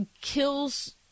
kills